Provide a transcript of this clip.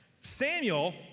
Samuel